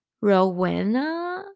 Rowena